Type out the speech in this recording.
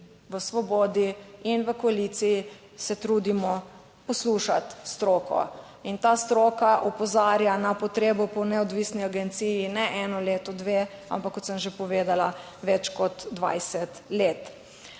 v Svobodi in v koaliciji se trudimo poslušati stroko in ta stroka opozarja na potrebo po neodvisni agenciji ne eno leto, dve, ampak, kot sem že povedala, več kot 20 let.